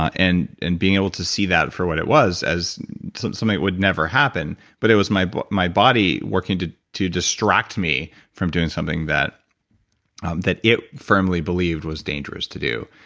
and and being able to see that for what it was as something that would never happen. but it was my my body working to to distract me from doing something that um that it firmly believed was dangerous to do,